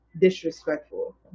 disrespectful